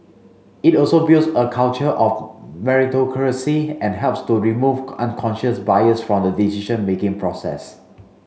it also builds a culture of meritocracy and helps to remove unconscious bias from the decision making process